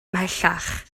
ymhellach